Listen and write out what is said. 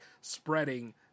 spreading